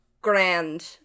grand